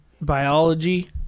biology